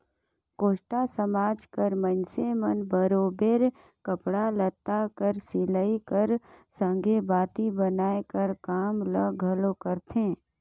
कोस्टा समाज कर मइनसे मन बरोबेर कपड़ा लत्ता कर सिलई कर संघे बाती बनाए कर काम ल घलो करथे